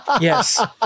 Yes